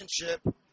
relationship